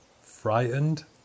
frightened